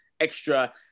extra